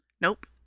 Nope